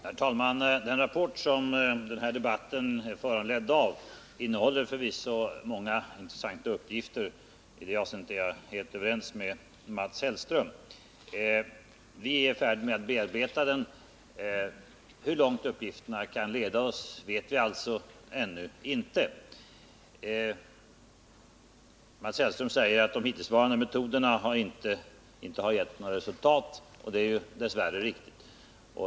Herr talman! Den rapport som den här debatten föranletts av innehåller förvisso många intressanta uppgifter. På den punkten är jag helt överens med Mats Hellström. Vi är nu färdiga att börja bearbeta den. Hur långt uppgifterna kan leda oss vet vi ännu inte. Mats Hellström sade att de hittillsvarande metoderna inte har gett några resultat, och det är dess värre riktigt.